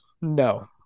No